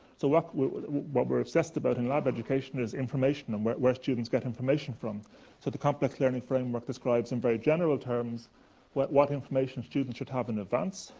so, what we're what we're assessed about in lab education is information and where where students get information from, so the complex learning framework describes in very general terms what what information students should have in advance.